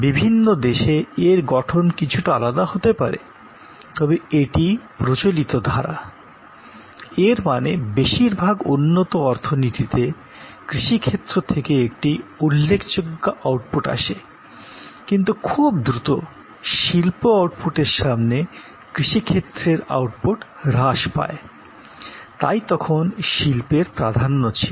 বিভিন্ন দেশে এর গঠন কিছুটা আলাদা হতে পারে তবে এটিই প্রচলিত ধারা এর মানে বেশিরভাগ উন্নত অর্থনীতিতে কৃষিক্ষেত্র থেকে একটি উল্লেখযোগ্য আউটপুট আসে কিন্তু খুব দ্রুত শিল্প আউটপুটের সামনে কৃষিক্ষেত্রের আউটপুট হ্রাস পায় তাই তখন শিল্পের প্রাধান্য ছিল